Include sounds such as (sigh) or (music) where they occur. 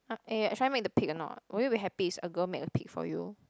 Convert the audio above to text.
(noise) eh should I make the pig or not will you be happy if a girl make a pig for you